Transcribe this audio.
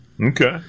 Okay